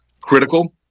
critical